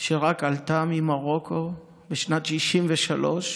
שרק עלתה ממרוקו בשנת 1963,